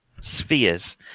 spheres